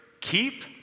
keep